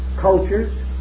cultures